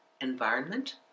environment